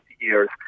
years